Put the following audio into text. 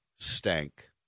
Stank